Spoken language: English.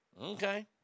Okay